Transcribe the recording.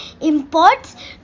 imports